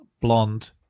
blonde